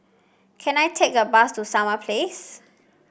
can I take a bus to Summer Place